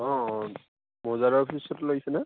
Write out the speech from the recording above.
অঁ অঁ মৌজাদাৰ অফিচত লাগিছেনে